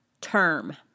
term